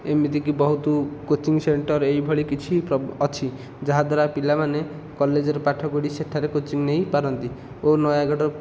ଏମିତି କି ବହୁତ କୋଚିଂ ସେଣ୍ଟର ଏହିଭଳି କିଛି ଅଛି ଯାହାଦ୍ୱାରା ପିଲାମାନେ କଲେଜରେ ପାଠପଢ଼ି ସେଠାରେ କୋଚିଂ ନେଇ ପାରନ୍ତି ଓ ନୟାଗଡ଼